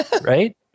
Right